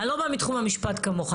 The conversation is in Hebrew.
אני לא באה מתחום המשפט, כמוך.